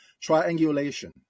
triangulation